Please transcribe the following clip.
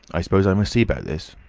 i s'pose i must see about this.